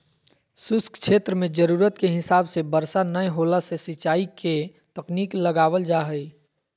शुष्क क्षेत्र मे जरूरत के हिसाब से बरसा नय होला से सिंचाई के तकनीक लगावल जा हई